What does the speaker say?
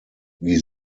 wie